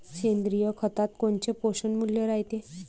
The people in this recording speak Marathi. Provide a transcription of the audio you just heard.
सेंद्रिय खतात कोनचे पोषनमूल्य रायते?